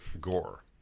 gore